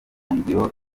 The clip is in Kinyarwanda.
ngiro